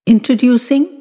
Introducing